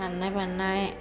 खारनाय बारनाय